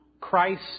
Christ